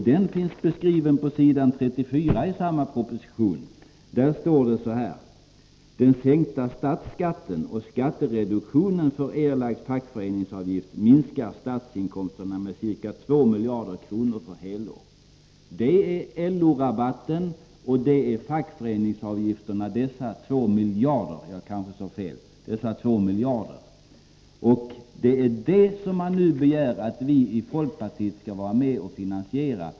Denna finns beskriven på s. 34 i samma proposition: ”Den sänkta statsskatten och skattereduktionen för erlagd fackföreningsavgift minskar statsinkomsterna med ca 2 miljarder kronor för helår.” Dessa 2 miljarder är LO-rabatten och fackföreningsavgifterna, jag kanske sade fel. Det är denna LO-rabatt och dessa fackföreningsavgifter som regeringen begär att vi i folkpartiet skall vara med och finansiera.